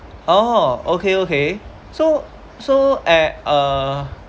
oh okay okay so so eh uh